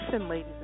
ladies